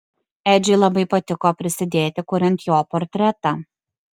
edžiui labai patiko prisidėti kuriant jo portretą